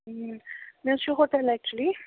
مےٚ حظ چھُ ہوٹل اٮ۪کچُلی